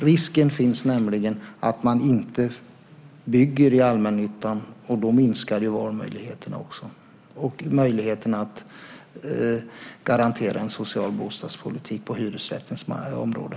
Risken finns nämligen att man inte bygger i Allmännyttan, och då minskar också valmöjligheterna och möjligheterna att garantera en social bostadspolitik på hyresrättens område.